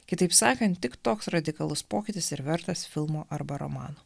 kitaip sakant tik toks radikalus pokytis ir vertas filmo arba romano